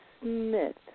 Smith